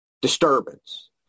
disturbance